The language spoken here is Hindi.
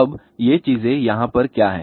अब ये चीजें यहाँ पर क्या हैं